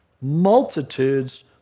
multitudes